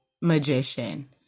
magician